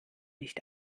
nicht